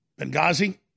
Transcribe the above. Benghazi